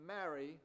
marry